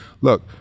look